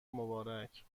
مبارک